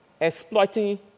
exploiting